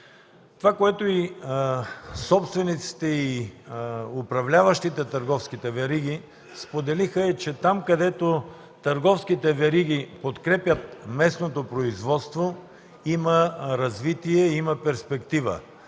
Това, което собствениците и управляващите търговските вериги споделиха, е, че там, където търговските вериги подкрепят местното производство, има развитие, има перспектива;